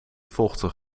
vochtig